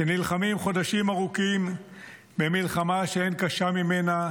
שנלחמים חודשים ארוכים במלחמה שאין קשה ממנה,